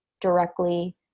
directly